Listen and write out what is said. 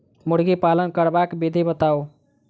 मुर्गी पालन करबाक विधि बताऊ?